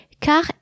car